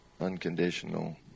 unconditional